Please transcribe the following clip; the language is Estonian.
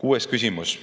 Kuues küsimus: